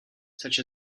such